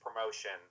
promotion